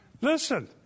Listen